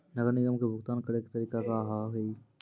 नगर निगम के भुगतान करे के तरीका का हाव हाई?